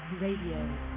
Radio